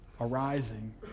arising